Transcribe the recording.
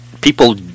people